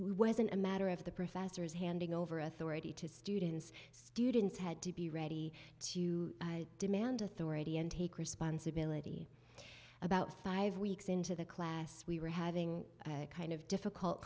wasn't a matter of the professors handing over authority to students students had to be ready to demand authority and take responsibility about five weeks into the class we were having a kind of difficult